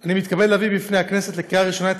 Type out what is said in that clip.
אני מתכבד להביא בפני הכנסת לקריאה ראשונה את